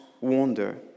wonder